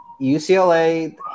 UCLA